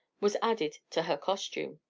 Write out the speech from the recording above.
was added to her costume.